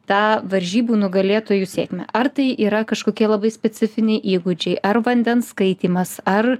tą varžybų nugalėtojų sėkmę ar tai yra kažkokie labai specifiniai įgūdžiai ar vandens skaitymas ar